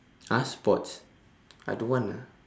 !huh! sports I don't want ah